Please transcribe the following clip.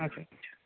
আচ্ছা আচ্ছা